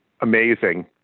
amazing